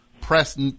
press